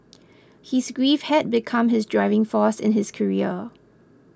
his grief had become his driving force in his career